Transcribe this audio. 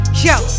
Yo